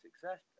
success